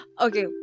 okay